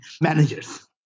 managers